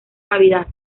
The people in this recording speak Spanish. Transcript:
cavidad